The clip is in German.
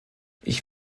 ich